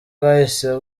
bwahise